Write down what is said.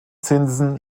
zinsen